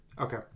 Okay